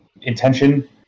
intention